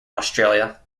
australia